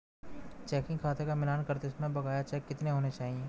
Checking खाते का मिलान करते समय बकाया चेक कितने होने चाहिए?